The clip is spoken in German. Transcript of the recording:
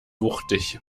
wuchtig